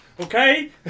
okay